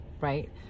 Right